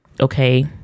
okay